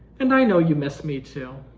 and i know you miss me too.